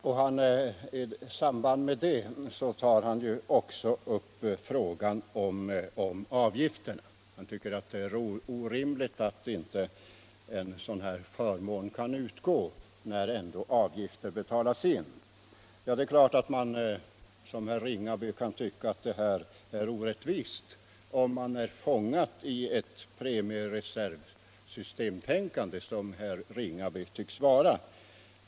I samband därmed tar han också upp frågan om avgiften och tycker att det är orimligt att inte en sådan förmån kan utgå när avgift betalats in. Ja, det är klart att man som herr Ringaby kan tycka att detta är orättvist, om man är fångad i ett premiereservsystemtänkande som herr Ringaby tycks vara.